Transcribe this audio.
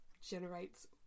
generates